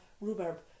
rhubarb